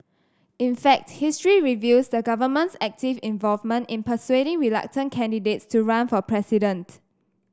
in fact history reveals the government's active involvement in persuading reluctant candidates to run for president